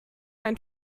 ein